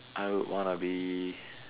I would wanna be